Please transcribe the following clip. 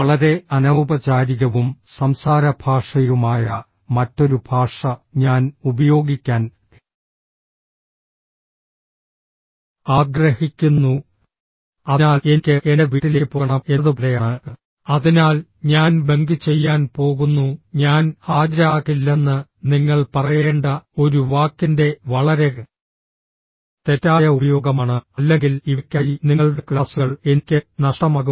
വളരെ അനൌപചാരികവും സംസാരഭാഷയുമായ മറ്റൊരു ഭാഷ ഞാൻ ഉപയോഗിക്കാൻ ആഗ്രഹിക്കുന്നു അതിനാൽ എനിക്ക് എൻ്റെ വീട്ടിലേക്ക് പോകണം എന്നതുപോലെയാണ് അതിനാൽ ഞാൻ ബങ്ക് ചെയ്യാൻ പോകുന്നു ഞാൻ ഹാജരാകില്ലെന്ന് നിങ്ങൾ പറയേണ്ട ഒരു വാക്കിന്റെ വളരെ തെറ്റായ ഉപയോഗമാണ് അല്ലെങ്കിൽ ഇവയ്ക്കായി നിങ്ങളുടെ ക്ലാസുകൾ എനിക്ക് നഷ്ടമാകും